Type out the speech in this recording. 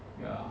ya